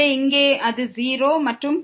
எனவே இங்கே அது 0 மற்றும் பின்னர் f0 0